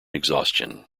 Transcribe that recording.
exhaustion